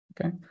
okay